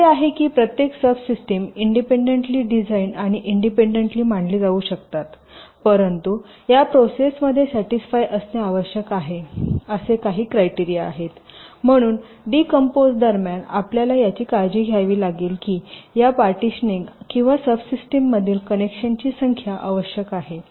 असे आहे की प्रत्येक सबसिस्टिम इंडिपेंडेबली डिझाइन आणि इंडिपेंडेबली मांडली जाऊ शकतात परंतु या प्रोसेसमध्ये सॅटिसफाय असणे आवश्यक आहे असे काही क्रायटेरिया आहेत म्हणून डिकंपोज दरम्यान आपल्याला याची काळजी घ्यावी लागेल की या पार्टीशनिंग किंवा सबसिस्टिममधील कनेक्शनची संख्या आवश्यक आहे